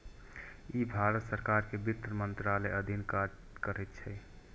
ई भारत सरकार के वित्त मंत्रालयक अधीन काज करैत छै